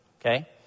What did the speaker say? Okay